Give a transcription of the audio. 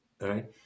Right